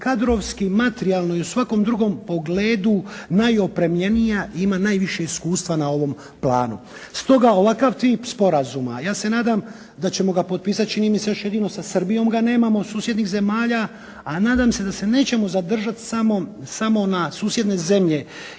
kadrovski, materijalno i u svakom drugom pogledu najopremljenija i ima najviše iskustva na ovom planu. Stoga, ovakav tip sporazuma, ja se nadam da ćemo ga potpisati još jedino sa Srbijom ga nemam od susjednih zemalja, a nadam se da se nećemo zadržati samo na susjedne zemlje